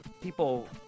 people